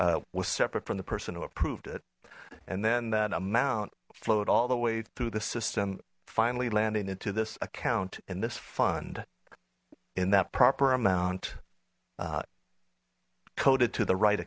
was separate from the person who approved it and then that amount flowed all the way through the system finally landing into this account in this fund in that proper amount coded to the right